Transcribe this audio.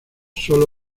solo